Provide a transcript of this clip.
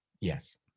yes